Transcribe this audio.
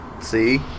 See